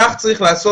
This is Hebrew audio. כך צריך לעשות.